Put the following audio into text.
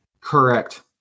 Correct